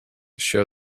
show